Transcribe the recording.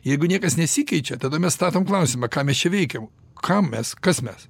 jeigu niekas nesikeičia tada mes statom klausimą ką mes čia veikiam kam mes kas mes